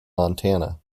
montana